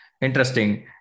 Interesting